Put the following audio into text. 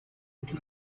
tutti